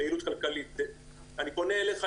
אני פונה אליך,